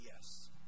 yes